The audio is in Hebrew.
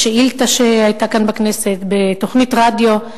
בשאילתא שהיתה כאן בכנסת, בתוכניות רדיו,